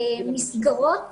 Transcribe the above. למסגרות